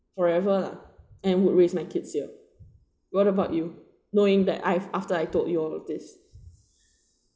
forever lah and would raise my kids here what about you knowing that I've after I told you all of this